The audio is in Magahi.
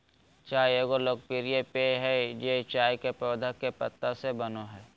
चाय एगो लोकप्रिय पेय हइ ई चाय के पौधा के पत्ता से बनो हइ